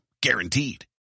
Guaranteed